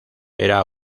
era